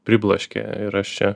pribloškė ir aš čia